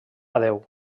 adéu